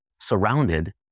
surrounded